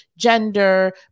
gender